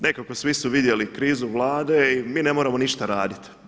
Nekako svi su vidjeli krizu Vlade i mi ne moramo ništa raditi.